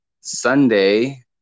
Sunday